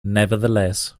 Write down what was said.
nevertheless